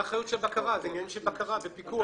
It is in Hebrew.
זאת עניין של בקרה ופיקוח.